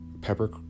pepper